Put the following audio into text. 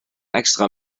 extra